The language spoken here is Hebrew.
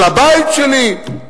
על הבית שלי,